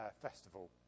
festival